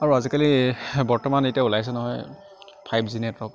আৰু আজিকালি বৰ্তমান এতিয়া ওলাইছে নহয় ফাইভ জি নেটৰ্ৱক